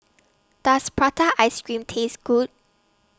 Does Prata Ice Cream Taste Good